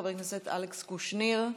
חבר הכנסת אלכס קושניר,